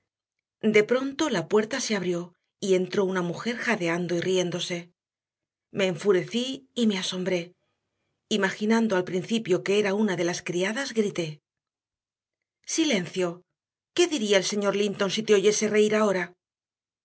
de pronto la puerta se abrió y entró una mujer jadeando y riéndose me enfurecí y me asombré imaginando al principio que era una de las criadas grité silencio qué diría el señor linton si te oyese reír ahora